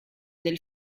del